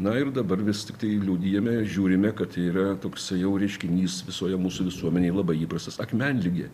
na ir dabar vis tiktai liudijame žiūrime kad tai yra toksai jau reiškinys visoje mūsų visuomenėje labai įprastas akmenligė